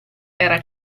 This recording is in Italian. era